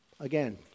again